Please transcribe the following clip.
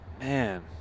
Man